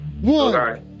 one